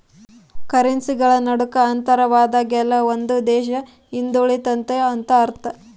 ಕರೆನ್ಸಿಗಳ ನಡುಕ ಅಂತರವಾದಂಗೆಲ್ಲ ಒಂದು ದೇಶ ಹಿಂದುಳಿತೆತೆ ಅಂತ ಅರ್ಥ